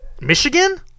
Michigan